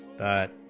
that